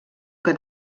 que